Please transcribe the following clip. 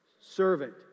servant